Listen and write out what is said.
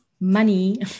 money